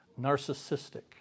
narcissistic